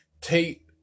Tate